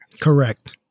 Correct